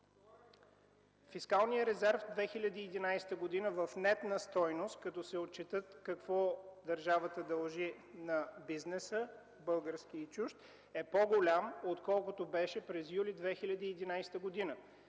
фискалният резерв през 2011 г. в нетна стойност, като се отчете какво държавата дължи на бизнеса – българския и чужд, е по-голям, отколкото беше през месец юли 2011 г.